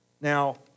Now